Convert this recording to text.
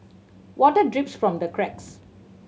water drips from the cracks